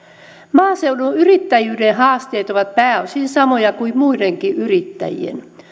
maaseudun yrittäjyyden haasteet ovat pääosin samoja kuin muidenkin yrittäjien